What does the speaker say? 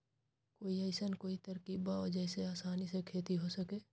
कोई अइसन कोई तरकीब बा जेसे आसानी से खेती हो सके?